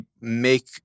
make